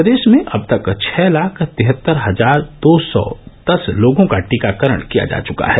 प्रदेश में अब तक छः लाख तिहत्तर हजार दो सौ दस लोगों का टीकाकरण किया जा चुका है